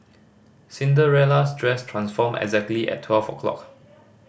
Cinderella's dress transformed exactly at twelve o'clock